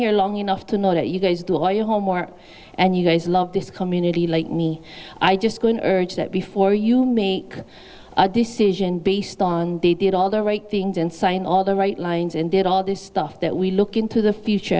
here long enough to know that you guys do all your homework and you guys love this community like me i just heard that before you make a decision based on they did all the right things and sign all the right lines and did all this stuff that we look into the future